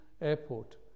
airport